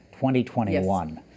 2021